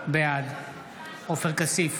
בעד עופר כסיף,